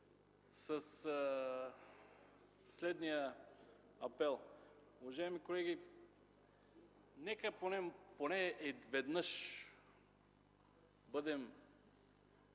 следния апел. Уважаеми колеги, нека поне веднъж бъдем